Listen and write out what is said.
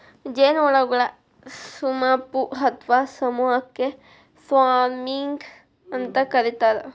ಜೇನುಹುಳಗಳ ಸುಮಪು ಅತ್ವಾ ಸಮೂಹಕ್ಕ ಸ್ವಾರ್ಮಿಂಗ್ ಅಂತ ಕರೇತಾರ